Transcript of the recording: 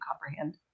comprehend